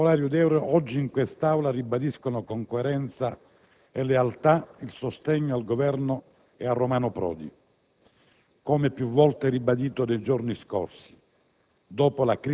i Popolari-Udeur oggi, in quest'Aula, ribadiscono, con coerenza e lealtà, il sostegno al Governo e a Romano Prodi, come più volte ribadito nei giorni scorsi,